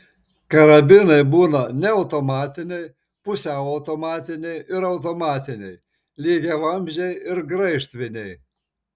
karabinai būna neautomatiniai pusiau automatiniai ir automatiniai lygiavamzdžiai ir graižtviniai